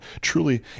truly